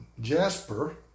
jasper